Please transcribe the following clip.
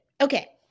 Okay